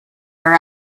are